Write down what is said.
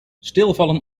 stilvallen